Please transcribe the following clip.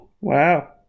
Wow